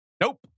Nope